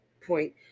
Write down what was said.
point